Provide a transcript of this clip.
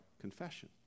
confession